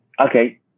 Okay